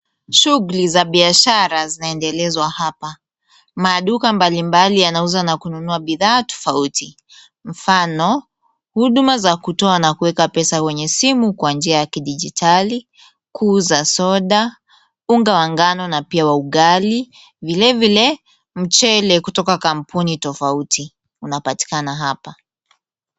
Shughuli za biashara zinaendelezwa hapa. Maduka mbalimbali yanauza na kununua bidhaa tofauti. Mfano, huduma za kutoa na kuweka pesa kwenye simu kwa njia ya kidijitali, kuuza soda, unga wa ngano na pia wa ugali, vilevile mchele kutoka kampuni tofauti unapatikana hapa.